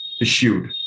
issued